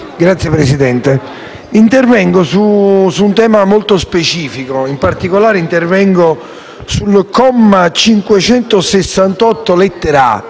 Signor Presidente, intervengo su un tema molto specifico. In particolare, intervengo sul comma 568, lettera